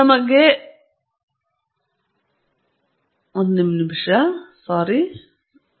data ಗುಣಮಟ್ಟ ತೀರಾ ಕೆಟ್ಟದಾದರೆ ನೀವು ಡೇಟಾವನ್ನು ಹಿಂತಿರುಗಿಸಬೇಕು ಮತ್ತು ಅದ್ಭುತಗಳನ್ನು ಅಪೇಕ್ಷಿಸಬಾರದು ಎಂದು ಹೇಳಬೇಕು